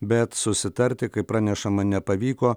bet susitarti kaip pranešama nepavyko